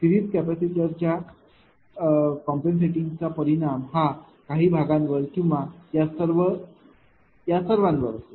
series capacitor च्या compensating चा परिणाम हा काही भागांवर किंवा या सर्वांवर असेल